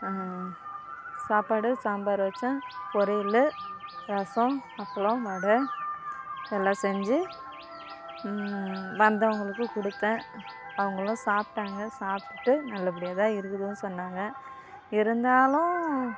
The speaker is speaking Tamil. சாப்பாடு சாம்பார் வச்சேன் பொரியல் ரசம் அப்பளம் வடை எல்லாம் செஞ்சு வந்தவங்களுக்கு கொடுத்தேன் அவங்களும் சாப்பிட்டாங்க சாப்பிட்டுட்டு நல்லபடியாக தான் இருக்குது சொன்னாங்க இருந்தாலும்